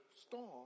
storm